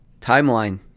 Timeline